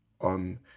on